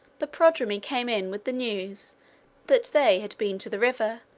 the prodromi came in with the news that they had been to the river,